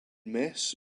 mess